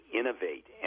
innovate